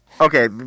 Okay